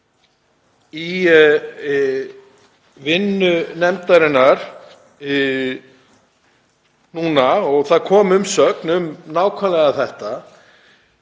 í vinnu nefndarinnar núna og það kom umsögn um nákvæmlega þetta,